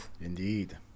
indeed